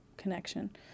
connection